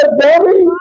baby